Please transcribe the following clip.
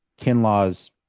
Kinlaw's